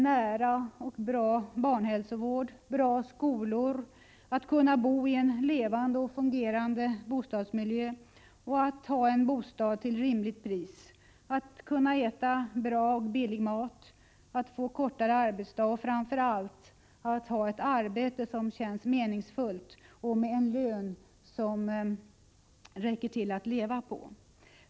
Men att stödja barnfamiljerna handlar inte bara om att dela ut pengar utan i hög grad om andra saker såsom att ha tillgång till bra barnomsorg, nära och bra barnhälsovård, bra skolor, att kunna bo i en levande och fungerande bostadsmiljö och att ha en bostad till rimligt pris, att kunna äta bra och billig mat, att få kortare arbetsdag och framför allt att ha ett arbete som känns meningsfullt och med en lön som räcker till att leva på.